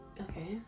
Okay